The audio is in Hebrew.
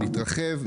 להתרחב,